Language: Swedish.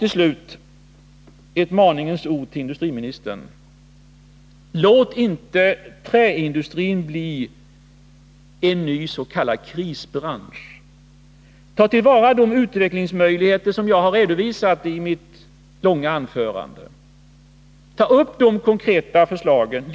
Till sist ett maningens ord till industriministern: Låt inte träindustrin bli en ny s.k. krisbransch! Ta till vara de utvecklingsmöjligheter som jag har redovisat i mitt långa anförande! Ta upp de konkreta förslagen i det!